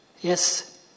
Yes